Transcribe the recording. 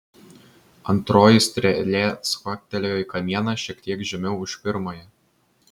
antroji strėlė cvaktelėjo į kamieną šiek tiek žemiau už pirmąją